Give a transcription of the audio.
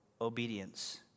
obedience